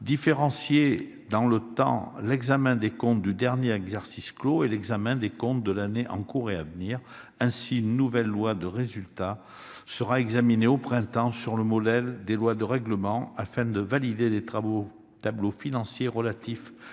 distinguer dans le temps l'examen des comptes du dernier exercice clos de celui des comptes de l'année en cours et à venir. Ainsi, un nouveau projet de loi de résultat sera examiné au printemps, sur le modèle des projets de loi de règlement, afin de valider les tableaux financiers relatifs